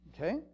okay